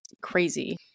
crazy